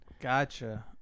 Gotcha